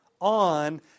on